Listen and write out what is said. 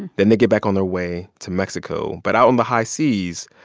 then they get back on their way to mexico, but out on the high seas,